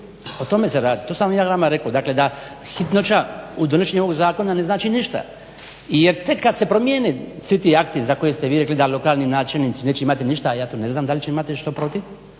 o tome se radi, to sam ja vama rekao da hitnoća u donošenju ovog zakona ne znači ništa jer tek kad se promijene svi ti akti za koje ste vi rekli da lokalni načelnici neće imati ništa a ja to ne znam da li će imati što protiv,